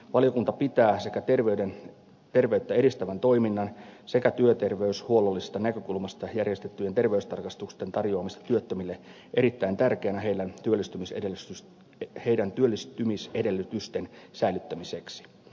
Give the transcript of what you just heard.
valiokunta pitää sekä terveyttä edistävän toiminnan että työterveyshuollollisesta näkökulmasta järjestettyjen terveystarkastusten tarjoamista työttömille erittäin tärkeänä heidän työllistymisedellytystensä säilyttämiseksi